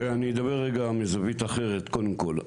תראה אני אדבר רגע מזווית אחרת קודם כל.